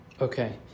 Okay